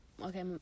okay